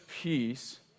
peace